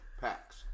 Packs